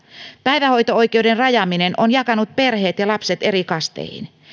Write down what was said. päivähoito oikeuden rajaaminen on jakanut perheet ja lapset eri kasteihin